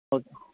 okay